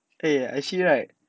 eh actually right